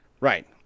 Right